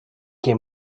que